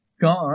God